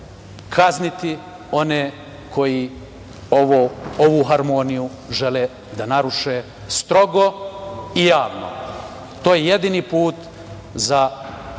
kazniti one koji ovu harmoniju žele da naruše strogo i javno. To je jedini put za